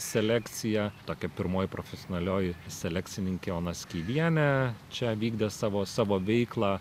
selekcija tokia pirmoji profesionalioji selekcininkė ona skeivienė čia vykdė savo savo veiklą